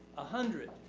a hundred.